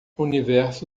universo